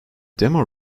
demo